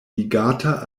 ligata